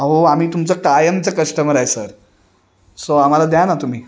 अहो आम्ही तुमचं कायमचं कस्टमर आहे सर सो आम्हाला द्या ना तुम्ही